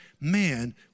man